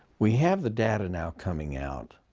we have the data now coming out,